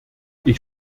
ich